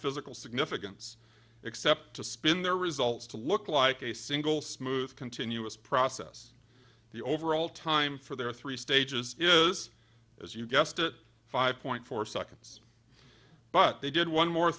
physical significance except to spin their results to look like a single smooth continuous process the overall time for their three stages is as you guessed it five point four seconds but they did one more